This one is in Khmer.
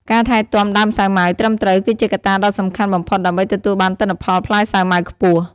ការថែទាំដើមសាវម៉ាវត្រឹមត្រូវគឺជាកត្តាដ៏សំខាន់បំផុតដើម្បីទទួលបានទិន្នផលផ្លែសាវម៉ាវខ្ពស់។